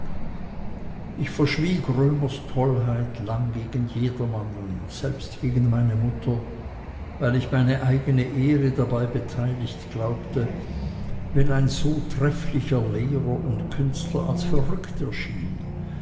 ich verschwieg römers tollheit lange gegen jedermann und selbst gegen meine mutter weil ich meine eigene ehre dabei beteiligt glaubte wenn ein so trefflicher lehrer und künstler als verrückt